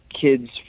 kids